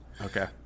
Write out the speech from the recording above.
Okay